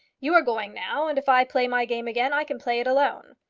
you are going now, and if i play my game again i can play it alone.